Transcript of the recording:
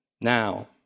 Now